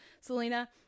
Selena